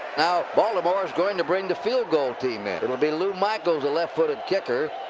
now baltimore is going to bring the field goal team in. it will be lou michaels, a left-footed kicker.